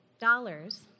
dollars